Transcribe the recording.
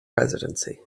presidency